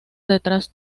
detrás